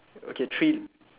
okay three